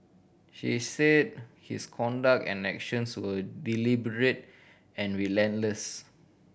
she said his conduct and actions were deliberate and relentless